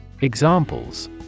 Examples